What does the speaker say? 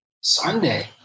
Sunday